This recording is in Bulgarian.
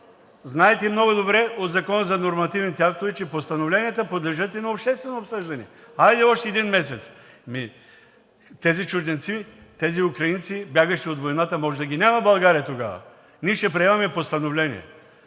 Знаете много добре, че по Закона за нормативните актове постановленията подлежат и на обществено обсъждане. Хайде още един месец. Ами тези чужденци, тези украинци, бягащи от войната, може да ги няма в България тогава. Ние ще приемаме постановление.